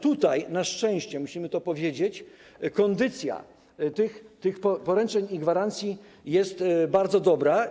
Tutaj na szczęście - musimy to powiedzieć - kondycja tych poręczeń i gwarancji jest bardzo dobra.